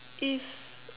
if